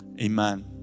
amen